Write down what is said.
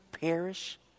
perish